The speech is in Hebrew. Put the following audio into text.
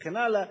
וכן הלאה,